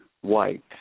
White